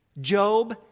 Job